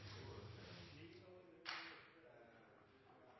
slik som